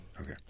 Okay